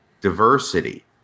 diversity